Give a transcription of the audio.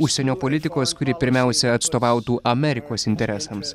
užsienio politikos kuri pirmiausia atstovautų amerikos interesams